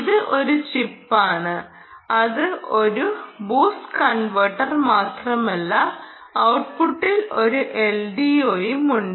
ഇത് ഒരു ചിപ്പ് ആണ് അത് ഒരു ബൂസ്റ്റ് കൺവെർട്ടർ മാത്രമല്ല ഔട്ട്പുട്ടിൽ ഒരു എൽഡിഒയും ഉണ്ട്